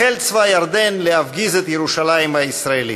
החל צבא ירדן להפגיז את ירושלים הישראלית.